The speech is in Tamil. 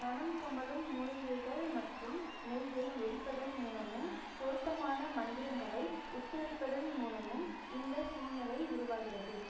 மணம் கமழும் மூலிகைகள் மற்றும் நெய்யை எரிப்பதன் மூலமும் பொருத்தமான மந்திரங்களை உச்சரிப்பதன் மூலமும் இந்த சூழ்நிலை உருவாகிறது